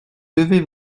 devez